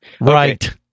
Right